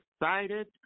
excited